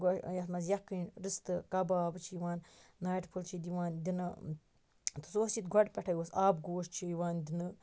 یتھ مَنٛز یَکھنۍ رِستہٕ کَباب چھ یِوان ناٹہِ پھوٚل چھِ دِوان دنہٕ سُہ اوس ییٚتہِ گۄدٕ پیٚٹھے اوس آب گوش چھُ یِوان دِنہٕ